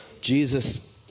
Jesus